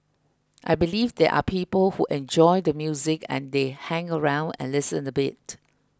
I believe there are people who enjoy the music and they hang around and listen a bit